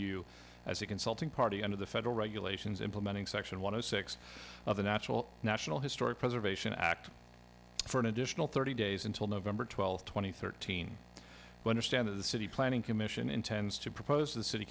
you as a consulting party under the federal regulations implementing section one of six of the natural national historic preservation act for an additional thirty days until november twelfth two thousand and thirteen understand that the city planning commission intends to propose the city